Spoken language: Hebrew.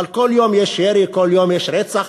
אבל כל יום יש ירי, כל יום יש רצח.